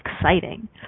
exciting